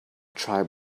tribe